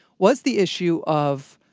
was the issue of